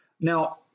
Now